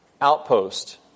outpost